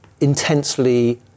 intensely